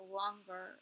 longer